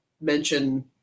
mention